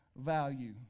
value